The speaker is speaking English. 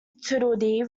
tweedledee